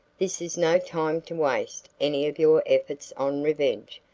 this is no time to waste any of your efforts on revenge.